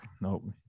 nope